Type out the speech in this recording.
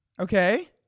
Okay